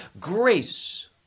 Grace